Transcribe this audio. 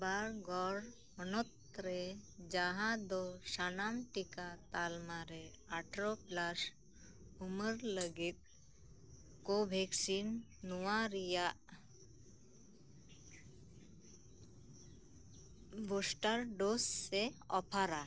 ᱵᱟᱨᱜᱚᱲ ᱦᱚᱱᱚᱛ ᱨᱮ ᱡᱟᱸᱦᱟ ᱫᱚ ᱥᱟᱱᱟᱢ ᱴᱤᱠᱟᱹ ᱛᱟᱞᱢᱟᱨᱮ ᱟᱴᱷᱟᱨᱳ ᱯᱞᱟᱥ ᱩᱢᱮᱨ ᱞᱟᱹᱜᱤᱫ ᱠᱳᱨᱳᱵᱮᱵᱷᱮᱠᱥ ᱱᱚᱣᱟ ᱨᱮᱱᱟᱜ ᱵᱩᱥᱴᱟᱨ ᱰᱳᱡᱽ ᱮ ᱚᱯᱷᱟᱨ ᱟ